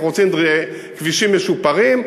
אנחנו רוצים כבישים משופרים,